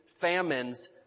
famines